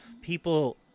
people